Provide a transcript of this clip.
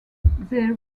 they